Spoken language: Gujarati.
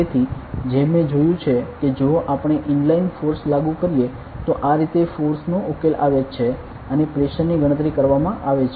તેથી જેમ મેં જોયું છે કે જો આપણે ઇનલાઇન ફોર્સ લાગુ કરીએ તો આ રીતે ફોર્સ નો ઉકેલ આવે છે અને પ્રેશર ની ગણતરી કરવામાં આવે છે